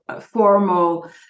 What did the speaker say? formal